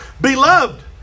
beloved